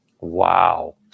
Wow